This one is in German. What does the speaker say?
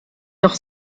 doch